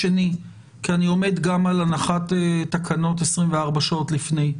עומד על הנחות 24 שעות לפני.